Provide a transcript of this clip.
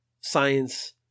science